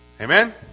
Amen